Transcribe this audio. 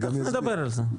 נדבר על זה.